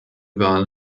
wahl